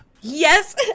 Yes